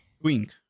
Twink